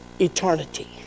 eternity